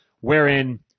wherein